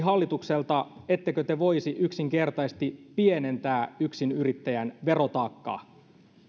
hallitukselta ettekö te voisi yksinkertaisesti pienentää yksinyrittäjän verotaakkaa